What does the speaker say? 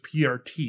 PRT